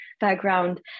background